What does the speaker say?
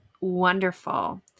wonderful